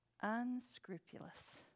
unscrupulous